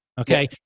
Okay